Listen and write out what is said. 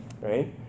right